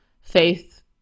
faith